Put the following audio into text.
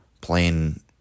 plain